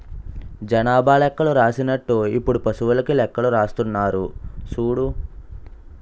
జనాభా లెక్కలు రాసినట్టు ఇప్పుడు పశువులకీ లెక్కలు రాస్తున్నారు సూడు